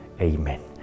Amen